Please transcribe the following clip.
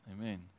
Amen